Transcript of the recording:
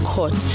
Court